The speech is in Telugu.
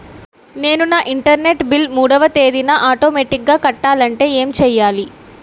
నేను నా ఇంటర్నెట్ బిల్ మూడవ తేదీన ఆటోమేటిగ్గా కట్టాలంటే ఏం చేయాలి?